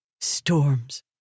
Storms